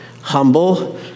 humble